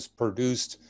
produced